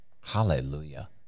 Hallelujah